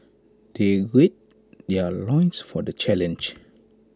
they gird their loins for the challenge